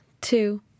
two